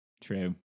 true